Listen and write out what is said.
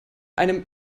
einem